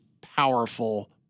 powerful